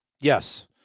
Yes